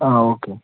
ആ ഓക്കെ